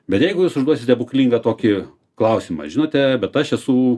bet jeigu jūs užduosit stebuklingą tokį klausimą žinote bet aš esu